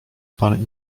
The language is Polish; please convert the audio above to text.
pan